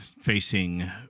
facing